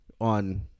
on